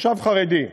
מושב חרדי.